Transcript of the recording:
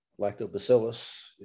lactobacillus